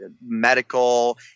medical